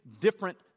different